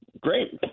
great